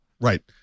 Right